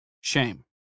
Shame